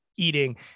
eating